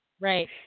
Right